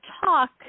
talk